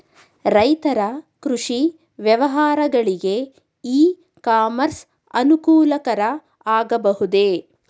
ರೈತರ ಕೃಷಿ ವ್ಯವಹಾರಗಳಿಗೆ ಇ ಕಾಮರ್ಸ್ ಅನುಕೂಲಕರ ಆಗಬಹುದೇ?